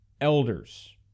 elders